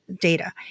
data